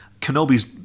Kenobi's